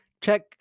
Check